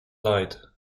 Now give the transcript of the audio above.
leid